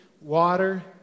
water